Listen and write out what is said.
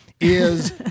is-